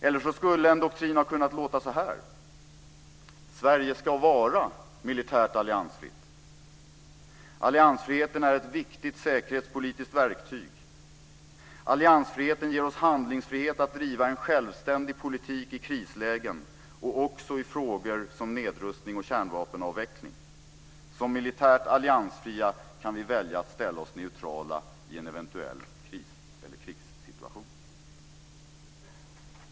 Doktrinen kunde också ha kunnat låta så här: Sverige ska vara militärt alliansfritt. Alliansfriheten är ett viktigt säkerhetspolitiskt verktyg. Alliansfriheten ger oss handlingsfrihet att driva en självständig politik i krislägen, och också i frågor som nedrustning och kärnvapenavveckling. Som militärt alliansfria kan vi välja att ställa oss neutrala i en eventuell kris eller krigssituation.